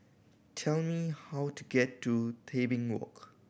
tell me how to get to Tebing Walk